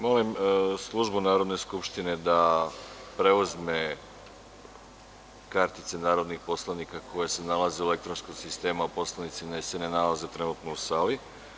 Molim Službu Narodne skupštine da preuzme kartice narodnih poslanika koje se nalaze u elektronskom sistemu, a poslanici se ne nalaze trenutno u sali.